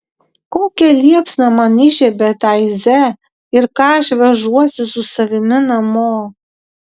kokią liepsną man įžiebė taize ir ką aš vežuosi su savimi namo